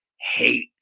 hate